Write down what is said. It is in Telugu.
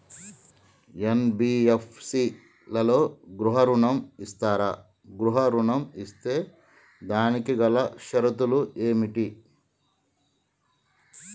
ఎన్.బి.ఎఫ్.సి లలో గృహ ఋణం ఇస్తరా? గృహ ఋణం ఇస్తే దానికి గల షరతులు ఏమిటి?